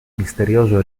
misterioso